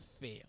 fail